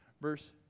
Verse